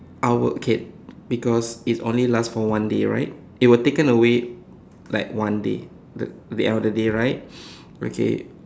I will okay because it only last for one day right it will taken away like one day the the end of the day right okay